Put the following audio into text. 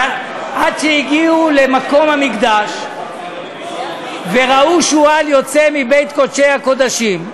עד שהגיעו למקום המקדש וראו שועל יוצא מבית קודשי הקודשים.